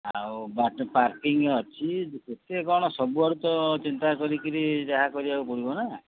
ଆଉ ପାର୍କିଙ୍ଗ ଅଛି କେତେ କ'ଣ ସବୁ ଆଡ଼ୁ ତ ଚିନ୍ତା କରିକିରି ଯାହା କରିବାକୁ ପଡ଼ିବ ନା